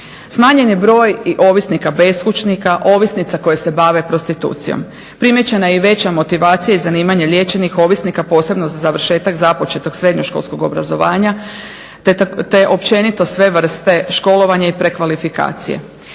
Smanjen je broj i ovisnika beskućnika, ovisnica koje se bave prostitucijom, primijećena je i veća motivacija i zanimanje liječenih ovisnika posebno za završetak započetog srednjoškolskog obrazovanja te općenito sve vrste školovanja i prekvalifikacija.